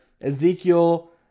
Ezekiel